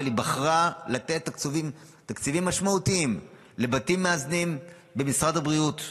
היא בחרה לתת תקציבים משמעותיים לבתים מאזנים במשרד הבריאות